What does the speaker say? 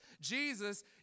Jesus